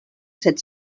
set